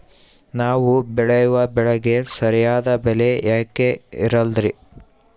ನಾವು ಬೆಳೆಯುವ ಬೆಳೆಗೆ ಸರಿಯಾದ ಬೆಲೆ ಯಾಕೆ ಇರಲ್ಲಾರಿ?